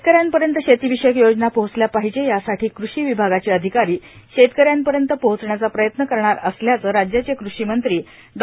शेतकऱ्यांपर्यंत शेतीविषयक योजना पोहचल्या पाहिजे यासाठी कृषीविभागाचे अधिकारी शेतकऱ्यांपर्यंत पोहोचण्याचा प्रयत्न करणार असल्याचं राज्याचे कृषीमंत्री डॉ